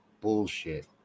Bullshit